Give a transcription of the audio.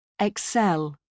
Excel